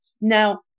Now